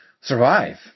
survive